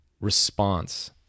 response